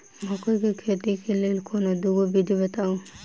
मकई केँ खेती केँ लेल कोनो दुगो विधि बताऊ?